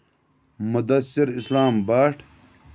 Mudassir Islam Bhat